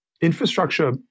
Infrastructure